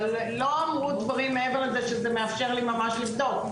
אבל לא אמרו דברים מעבר לזה שזה מאפשר לי ממש לבדוק.